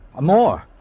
More